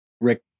Rick